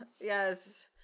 Yes